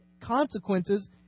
consequences